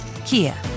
Kia